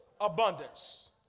abundance